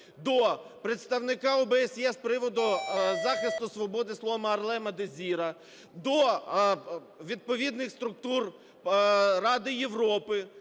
до представника ОБСЄ з приводу захисту свободи слова Арлема Дезіра, до відповідних структур Ради Європи,